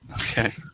Okay